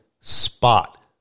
spot